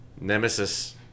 Nemesis